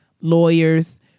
lawyers